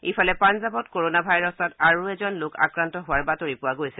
ইফালে পঞ্জাৱত কৰোনা ভাইৰাছত আৰু এজন লোক আক্ৰান্ত হোৱাৰ বাতৰি পোৱা গৈছে